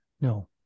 No